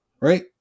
Right